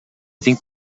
think